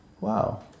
wow